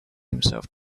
himself